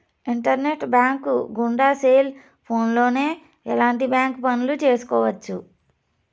internet bank గుండా cell ఫోన్లోనే ఎలాంటి బ్యాంక్ పనులు చేసుకోవచ్చు